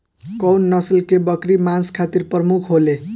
कउन नस्ल के बकरी मांस खातिर प्रमुख होले?